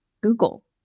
Google